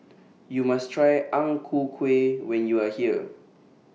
YOU must Try Ang Ku Kueh when YOU Are here